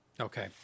Okay